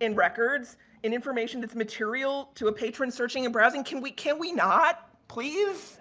in records and information that's material to a patron searching a browsing, can we, can we not please?